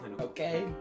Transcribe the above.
Okay